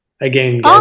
again